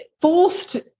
forced